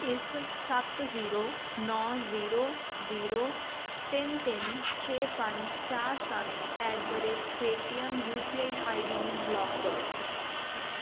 ਇਸ ਸੱਤ ਜ਼ੀਰੋ ਨੋ ਜ਼ੀਰੋ ਜ਼ੀਰੋ ਤਿੰਨ ਤਿੰਨ ਛੇ ਪੰਜ ਚਾਰ ਸੱਤ at the rate Paytm U P I I D ਨੂੰ ਬਲੋਕ ਕਰੋ